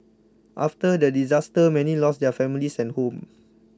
after the disaster many lost their families and homes